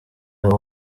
umwe